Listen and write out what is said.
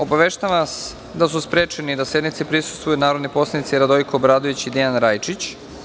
Obaveštavam vas da su sprečeni da sednici prisustvuju narodni poslanici Radojko Obradović i Dejan Rajčić.